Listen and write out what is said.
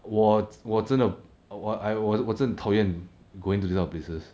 我我真的我 I 我我真的讨厌 going to this type of places